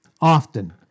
often